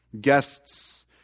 guests